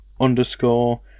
underscore